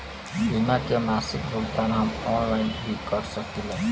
बीमा के मासिक भुगतान हम ऑनलाइन भी कर सकीला?